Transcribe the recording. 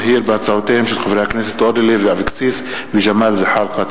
הצעותיהם של חברי הכנסת אורלי לוי אבקסיס וג'מאל זחאלקה.